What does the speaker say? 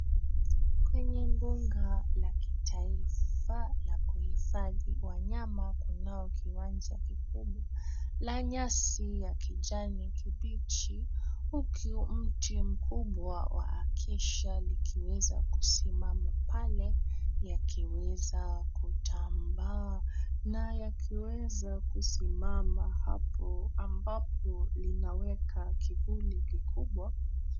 Kwenye mbuga la kitaifa la kuhifadhi wanyama kunao kiwanja kikubwa la nyasi ya kijani kibachi huku mti mkubwa wa acacia likiweza kusimama pale yakiweza kutamba na yakiweza kusimama hapo ambapo linaweka kivuli kikubwa.